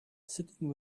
sitting